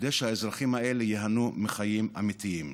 כדי שהאזרחים האלה ייהנו מחיים אמיתיים.